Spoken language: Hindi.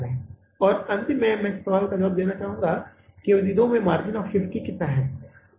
यह 20000 रुपये है और अंतिम मैं इस सवाल का जवाब देना चाहता हूं अवधि दो में मार्जिन ऑफ़ सेफ्टी कितना है